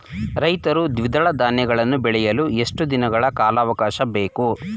ರೈತರು ದ್ವಿದಳ ಧಾನ್ಯಗಳನ್ನು ಬೆಳೆಯಲು ಎಷ್ಟು ದಿನಗಳ ಕಾಲಾವಾಕಾಶ ಬೇಕು?